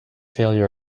failure